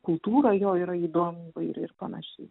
kultūra jo yra įdom ir ir panašiai